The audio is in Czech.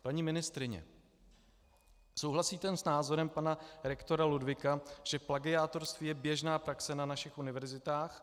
Paní ministryně, souhlasíte s názorem pana rektora Ludwiga, že plagiátorství je běžná praxe na našich univerzitách?